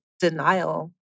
denial